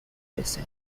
رسم